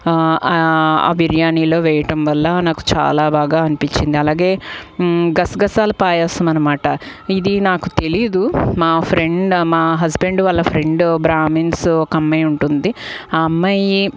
ఆ బిర్యానీలో వేయటం వల్ల నాకు చాలా బాగా అనిపించింది అలాగే గసగసాలు పాయసం అనమాట ఇది నాకు తెలీదు మా ఫ్రెండ్ మా హస్బెండ్ వాళ్ళ ఫ్రెండ్ బ్రాహ్మిన్స్ ఒక అమ్మాయి ఉంటుంది ఆ అమ్మాయి